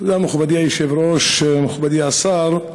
תודה, מכובדי היושב-ראש, מכובדי השר,